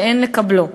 שאין לקבלו.